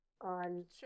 on